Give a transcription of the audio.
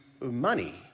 money